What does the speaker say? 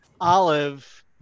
Olive